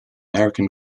american